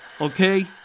Okay